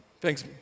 Thanks